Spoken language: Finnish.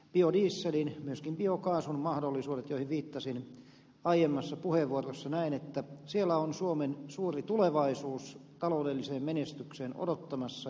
biodieselin myöskin biokaasun mahdollisuuksissa joihin viittasin aiemmassa puheenvuorossani näen että on suomen suuri tulevaisuus taloudelliseen menestykseen odottamassa